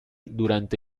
durante